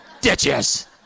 Ditches